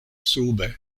sube